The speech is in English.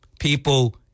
people